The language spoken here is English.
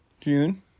June